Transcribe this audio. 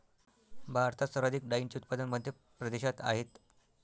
भारतात सर्वाधिक डाळींचे उत्पादन मध्य प्रदेशात आहेत